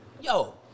yo